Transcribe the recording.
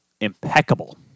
impeccable